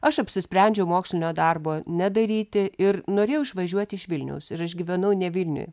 aš apsisprendžiau mokslinio darbo nedaryti ir norėjau išvažiuoti iš vilniaus ir aš gyvenau ne vilniuj